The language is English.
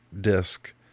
disc